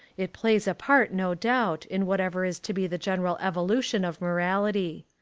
it plays a part, no doubt, in whatever is to be the general evolution of morality.